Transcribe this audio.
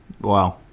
Wow